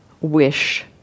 wish